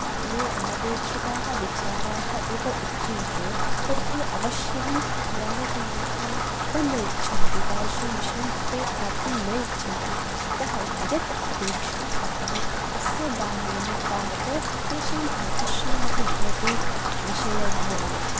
ये अनपेक्षिताः विचाराः एव उच्यन्ते तर्हि अवश्यं ग्रामजनाः तन्न इच्छन्ति तादृशं विषयं ते प्राप्तुं न इच्छन्ति अतः यत् अपेक्षितं वर्तते तस्य दानेन तावत् तेषाम् आकर्षणमपि भवति विषयज्ञाने